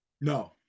no